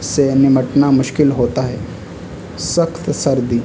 سے نمٹنا مشکل ہوتا ہے سخت سردی